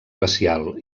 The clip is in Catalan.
glacial